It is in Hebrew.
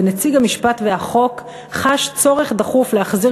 ונציג המשפט והחוק חש צורך דחוף להחזיר